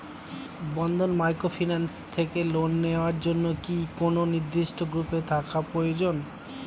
বন্ধন microfinance থেকে loan নেওয়ার জন্য কি কোন নির্দিষ্ট গ্রুপে থাকা প্রয়োজন?